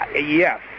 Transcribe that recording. Yes